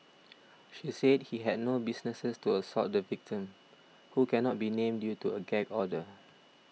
she said he had no business to assault the victim who cannot be named due to a gag order